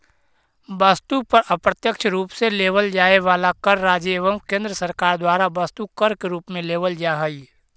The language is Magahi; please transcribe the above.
वस्तु पर अप्रत्यक्ष रूप से लेवल जाए वाला कर राज्य एवं केंद्र सरकार द्वारा वस्तु कर के रूप में लेवल जा हई